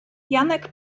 janek